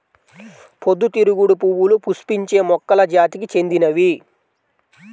పొద్దుతిరుగుడు పువ్వులు పుష్పించే మొక్కల జాతికి చెందినవి